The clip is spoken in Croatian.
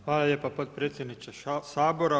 Hvala lijepo potpredsjedniče Sabora.